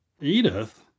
Edith